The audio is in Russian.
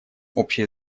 общее